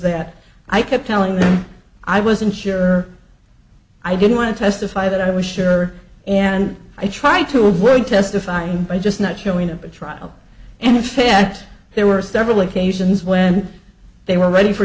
that i kept telling him i wasn't sure i didn't want to testify that i was sure and i try to avoid testifying by just not showing up at trial and in fact there were several occasions when they were ready for